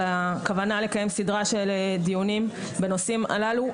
הכוונה לקיים סדרה של דיונים בנושאים הללו.